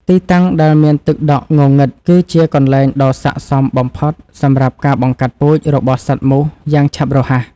ទីតាំងដែលមានទឹកដក់ងងឹតគឺជាកន្លែងដ៏ស័ក្តិសមបំផុតសម្រាប់ការបង្កាត់ពូជរបស់សត្វមូសយ៉ាងឆាប់រហ័ស។